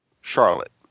Charlotte